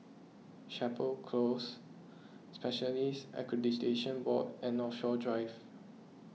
Chapel Close Specialists Accreditation Board and Northshore Drive